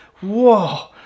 Whoa